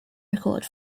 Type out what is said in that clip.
record